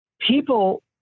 people